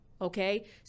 okay